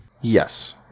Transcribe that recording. Yes